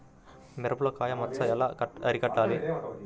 మిరపలో కాయ మచ్చ ఎలా అరికట్టాలి?